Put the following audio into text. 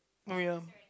oh ya